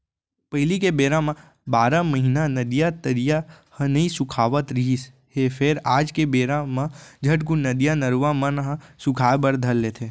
पहिली के बेरा म बारह महिना नदिया, तरिया ह नइ सुखावत रिहिस हे फेर आज के बेरा म झटकून नदिया, नरूवा मन ह सुखाय बर धर लेथे